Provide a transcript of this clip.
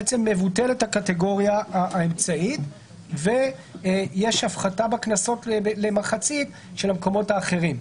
מבוטלת הקטגוריה האמצעית ויש הפחתה בקנסות למחצית של המקומות האחרים.